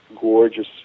gorgeous